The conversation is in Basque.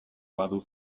badu